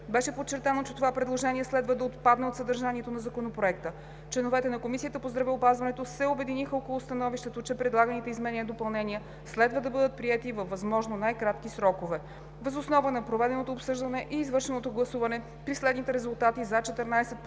Беше подчертано, че това предложение следва да отпадне от съдържанието на Законопроекта. Членовете на Комисията по здравеопазването се обединиха около становището, че предлаганите изменения и допълнения следва да бъдат приети във възможно най-кратки срокове. Въз основа на проведеното обсъждане и извършеното гласуване с 14 гласа „за“,